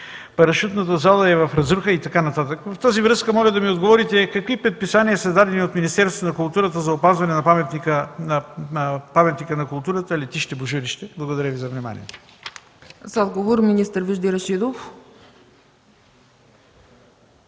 парашутната зала е в разруха и така нататък. В тази връзка моля да ми отговорите какви предписания са дадени от Министерството на културата за опазване на паметника на културата – летище Божурище. Благодаря Ви за вниманието.